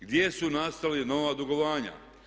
Gdje su nastala nova dugovanja?